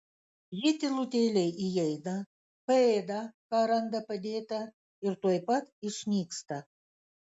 ji tylutėliai įeina paėda ką randa padėta ir tuoj pat išnyksta